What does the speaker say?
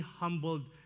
humbled